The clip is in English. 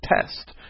test